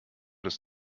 das